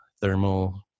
thermal